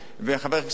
וחבר הכנסת שטרית,